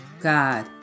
God